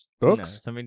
Books